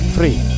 Free